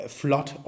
flot